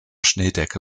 schneedecke